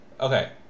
okay